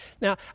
Now